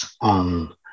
on